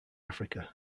africa